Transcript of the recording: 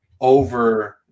over –